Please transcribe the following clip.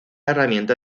herramienta